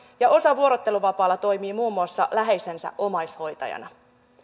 ja osa toimii vuorotteluvapaalla muun muassa läheisensä omaishoitajana